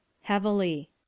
heavily